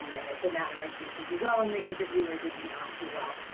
um and it's a matter of, did you do well in the interview or did you not do well?